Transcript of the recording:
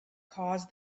caused